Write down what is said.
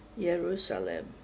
Jerusalem